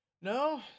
No